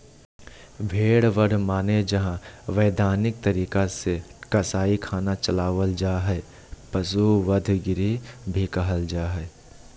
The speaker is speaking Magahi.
भेड़ बध माने जहां वैधानिक तरीका से कसाई खाना चलावल जा हई, पशु वध गृह भी कहल जा हई